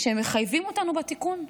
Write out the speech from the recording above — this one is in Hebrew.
שמחייבים אותנו בתיקון.